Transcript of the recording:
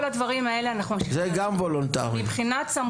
מבחינת סמכות,